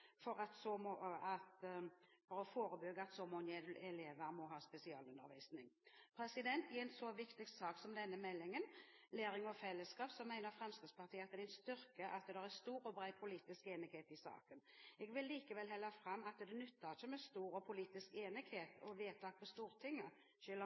for å forebygge at så mange elever må ha spesialundervisning. I en så viktig sak som denne meldingen, Læring og fellesskap, mener Fremskrittspartiet at det er en styrke at det er stor og bred politisk enighet i saken. Jeg vil likevel holde fram at det ikke nytter med stor politisk enighet